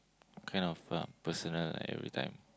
kind of um personal every time